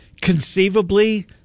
conceivably